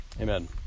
Amen